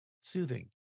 soothing